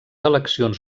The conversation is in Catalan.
eleccions